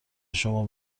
شما